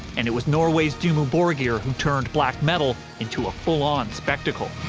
and it was norway's dimmu borgir who turned black metal into a full-on spectacle.